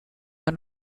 and